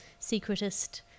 secretist